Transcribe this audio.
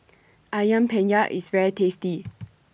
Ayam Penyet IS very tasty